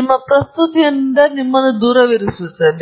ಇದು ಪ್ರಸ್ತುತಿಯಿಂದ ದೂರವಿರಿಸುತ್ತದೆ